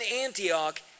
Antioch